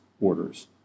orders